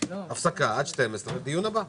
נעולה.